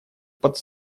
под